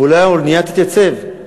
ואולי האונייה תתייצב.